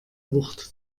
wucht